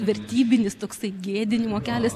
vertybinis toksai gėdinimo kelias